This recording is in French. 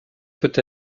peut